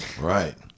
Right